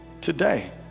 today